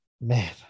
man